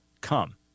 come